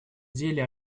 деле